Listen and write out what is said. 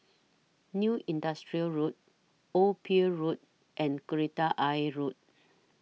New Industrial Road Old Pier Road and Kreta Ayer Road